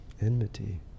Enmity